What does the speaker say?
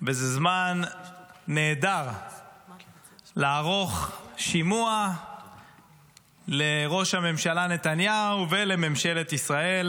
וזה זמן נהדר לערוך שימוע לראש הממשלה נתניהו ולממשלת ישראל.